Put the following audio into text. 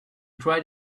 tried